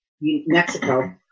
Mexico